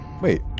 Wait